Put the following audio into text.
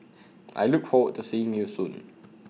I look forward to seeing you soon